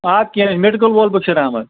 آ کیٚنہہ مےٚ تہِ گوٚو بشیٖر احمد